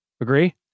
Agree